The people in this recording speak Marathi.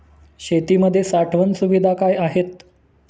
शेतीमध्ये साठवण सुविधा काय आहेत?